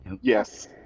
Yes